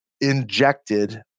injected